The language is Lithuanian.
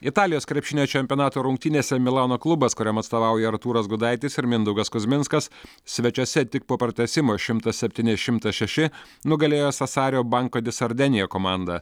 italijos krepšinio čempionato rungtynėse milano klubas kuriam atstovauja artūras gudaitis ir mindaugas kuzminskas svečiuose tik po pratęsimo šimtas septyni šimtas šeši nugalėjo sasario banko di sardenija komandą